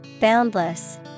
Boundless